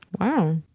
wow